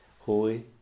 Holy